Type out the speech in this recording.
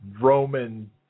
Roman